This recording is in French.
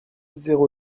zéro